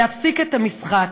להפסיק את המשחק.